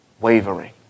wavering